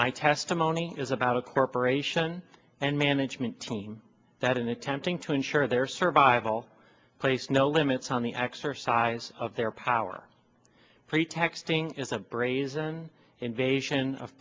my testimony is about a corporation and management team that in attempting to ensure their survival place no limits on the exercise of their power pretexting is a brazen invasion of